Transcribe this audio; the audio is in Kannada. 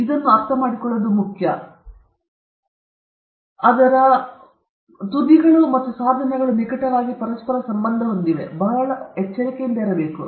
ಇದರ ಅರ್ಥ ಬಹಳ ಮುಖ್ಯ ತುದಿಗಳು ಮತ್ತು ಸಾಧನಗಳು ನಿಕಟವಾಗಿ ಪರಸ್ಪರ ಸಂಬಂಧ ಹೊಂದಿವೆ ಅದರ ಬಗ್ಗೆ ಎಚ್ಚರಿಕೆಯಿಂದಿರಬೇಕು